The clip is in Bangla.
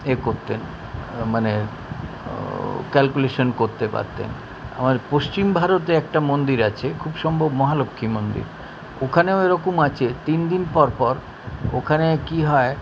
এ করতেন মানে ক্যালকুলেশন করতে পারতেন আবার পশ্চিম ভারতে একটা মন্দির আছে খুব সম্ভব মহালক্ষ্মী মন্দির ওখানেও এরকম আছে তিন দিন পরপর ওখানে কী হয়